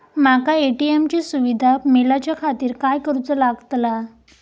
माका ए.टी.एम ची सुविधा मेलाच्याखातिर काय करूचा लागतला?